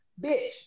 bitch